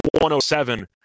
107